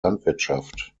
landwirtschaft